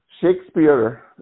Shakespeare